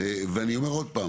אני אומר שוב: